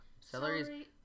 celery